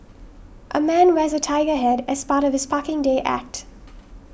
a man wears a tiger head as part of his Parking Day act